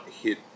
hit